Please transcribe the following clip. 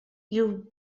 you